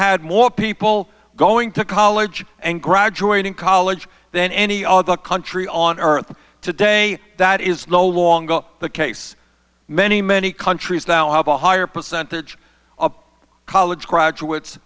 had more people going to college and graduating college than any other country on earth today that is no longer the case many many countries now have a higher percentage of college graduates